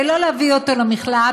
ולא להביא אותו למכלאה,